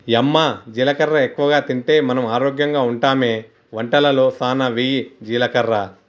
యమ్మ జీలకర్ర ఎక్కువగా తింటే మనం ఆరోగ్యంగా ఉంటామె వంటలలో సానా వెయ్యి జీలకర్ర